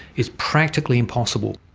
it's practically impossible.